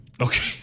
Okay